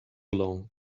long